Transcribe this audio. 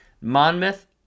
Monmouth